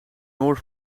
noor